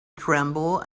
tremble